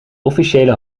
officiële